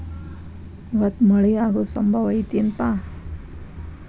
ಇವತ್ತ ಮಳೆ ಆಗು ಸಂಭವ ಐತಿ ಏನಪಾ?